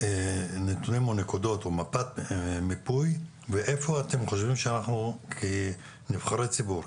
נתונים או נקודות או מיפוי ואיפה אתם חושבים שאנחנו כנבחרי ציבור,